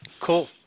Cool